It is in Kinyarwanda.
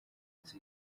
nziza